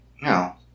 No